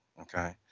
okay